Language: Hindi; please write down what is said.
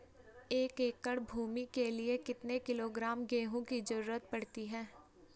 एक एकड़ भूमि के लिए कितने किलोग्राम गेहूँ की जरूरत पड़ती है?